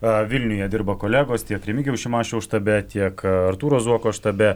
a vilniuje dirba kolegos tiek remigijaus šimašiaus štabe tiek artūro zuoko štabe